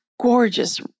gorgeous